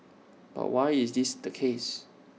but why is this the case